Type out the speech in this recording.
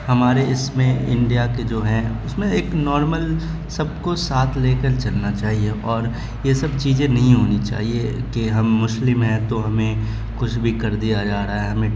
ہمارے اس میں انڈیا کے جو ہیں اس میں ایک نارمل سب کو ساتھ لے کر چلنا چاہیے اور یہ سب چیجیں نہیں ہونی چاہیے کہ ہم مسلم ہیں تو ہمیں کچھ بھی کر دیا جا رہا ہے ہمیں